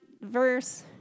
verse